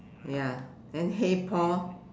ya then hey Paul